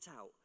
out